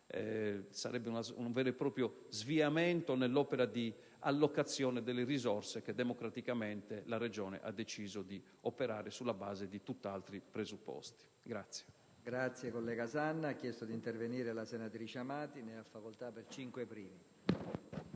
Sarebbe un vero e proprio sviamento nell'opera di allocazione delle risorse che democraticamente la Regione ha deciso di operare sulla base di presupposti del